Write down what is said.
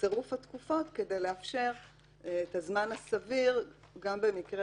בצירוף התקופות כדי לאפשר את הזמן הסביר גם במקרה